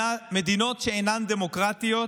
מדינות שאינן דמוקרטיות,